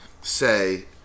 say